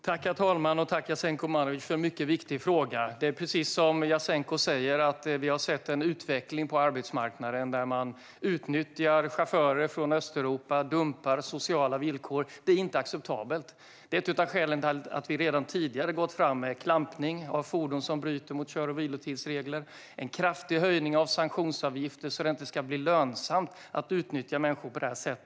Herr talman! Tack, Jasenko Omanovic, för en mycket viktig fråga! Det är precis som Jasenko säger. Vi har sett en utveckling på arbetsmarknaden där man utnyttjar chaufförer från Östeuropa och dumpar sociala villkor. Det är inte acceptabelt. Det är ett av skälen till att vi redan tidigare gått fram med klampning av fordon som bryter mot kör och vilotidsregler. Det har gjorts en kraftig höjning av sanktionsavgifter så att det inte ska bli lönsamt att utnyttja människor på det sättet.